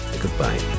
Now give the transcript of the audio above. Goodbye